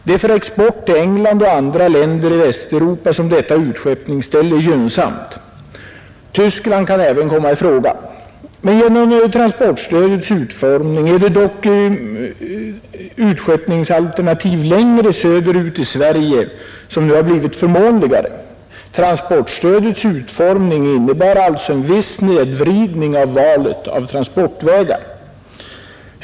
Det är för export till Fredagen den England och andra länder i Västeuropa som detta utskeppningsställe är 16 april 1971 gynnsamt. Tyskland kan även komma i fråga. Men genom transporter ——— stödets utformning har utskeppningsalternativ längre söderut i Sverige Regionalt transportblivit förmånligare. Transportstödets utformning innebär alltså en viss stöd snedvridning av valet av transportvägar.